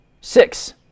Six